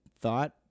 thought